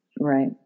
Right